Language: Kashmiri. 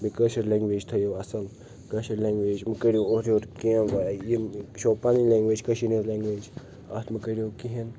بیٚیہِ کٲشِر لنٛگویج تھٲیو اصٕل کٲشِر لنٛگویج مہٕ کرِو اورٕ یور کیٚنٛہہ بھایا یِم یہِ چھُو پنٕنۍ لنٛگویج کشیٖرِ ہنٛز لنٛگویج اَتھ مہٕ کرِو کہیٖنۍ